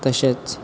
तशेंच